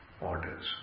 orders